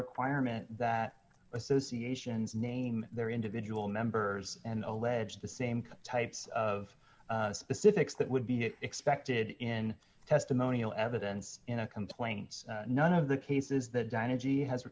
requirement that associations name their individual members and allege the same types of specifics that would be expected in testimonial evidence in a complaint none of the cases that diana g has